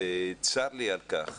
וצר לי על כך